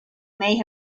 may